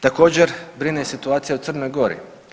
Također brine situacija u Crnoj Gori.